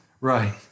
Right